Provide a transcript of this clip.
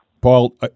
Paul